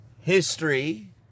History